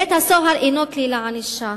בית-הסוהר אינו כלי לענישה.